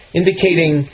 indicating